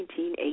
1980